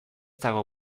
dago